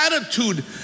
attitude